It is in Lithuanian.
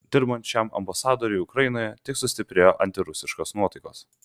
dirbant šiam ambasadoriui ukrainoje tik sustiprėjo antirusiškos nuotaikos